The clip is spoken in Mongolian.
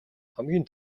хамгийн